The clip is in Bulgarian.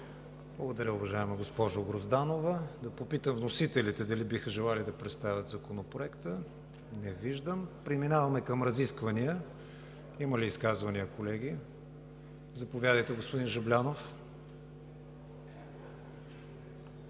Благодаря, уважаема госпожо Грозданова. Да попитам вносителите дали биха желали да представят Законопроекта? Не виждам. Преминаваме към разисквания. Има ли изказвания, колеги? Заповядайте, господин Жаблянов.